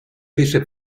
bishop